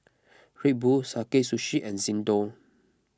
Red Bull Sakae Sushi and Xndo